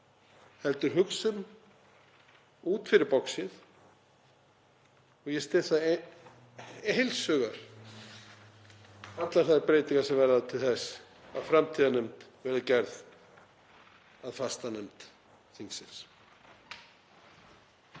heldur hugsum út fyrir boxið. Ég styð heils hugar allar þær breytingar sem verða til þess að framtíðarnefnd verði gerð að fastanefnd þingsins.